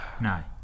No